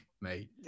mate